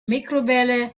mikrowelle